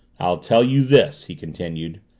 i'll tell you this, he continued.